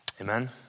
Amen